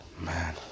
Man